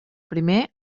primer